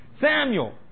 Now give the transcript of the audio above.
Samuel